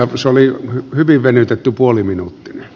se oli hyvin venytetty puoliminuuttinen